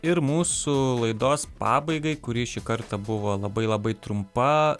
ir mūsų laidos pabaigai kuri šį kartą buvo labai labai trumpa